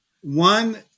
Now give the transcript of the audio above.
One